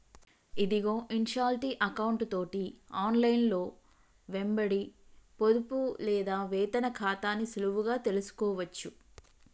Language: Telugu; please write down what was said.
ఇదిగో ఇన్షాల్టీ ఎకౌంటు తోటి ఆన్లైన్లో వెంబడి పొదుపు లేదా వేతన ఖాతాని సులువుగా తెలుసుకోవచ్చు